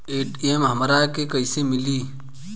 ATM हमरा के कइसे मिली?